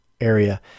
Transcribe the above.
area